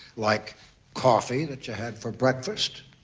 like coffee that you had for breakfast,